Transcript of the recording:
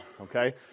okay